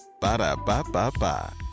Ba-da-ba-ba-ba